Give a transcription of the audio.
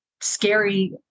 scary